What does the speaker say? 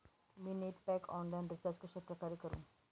मी net pack online recharge कशाप्रकारे करु?